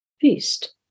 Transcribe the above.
feast